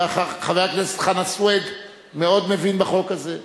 חבר הכנסת חנא סוייד מאוד מבין בחוק הזה.